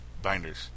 binders